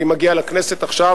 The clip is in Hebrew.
היא מגיעה לכנסת עכשיו